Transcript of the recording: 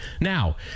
Now